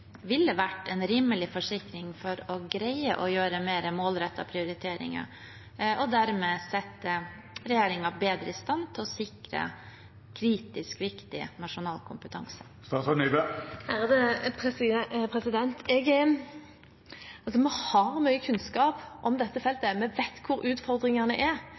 ville vært en rimelig forsikring for å greie å gjøre mer målrettede prioriteringer og dermed sette regjeringen bedre i stand til å sikre kritisk viktig nasjonal kompetanse? Vi har mye kunnskap om dette feltet. Vi vet hvor utfordringene er,